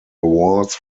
awards